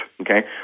okay